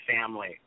family